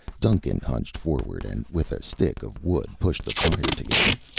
duncan hunched forward and with a stick of wood pushed the fire together.